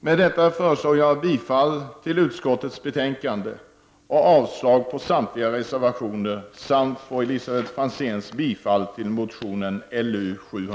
Med detta föreslår jag bifall till utskottets hemställan och